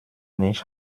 nicht